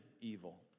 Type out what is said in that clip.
evil